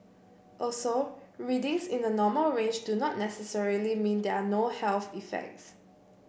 also readings in the normal range do not necessarily mean there are no health effects